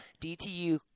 DTU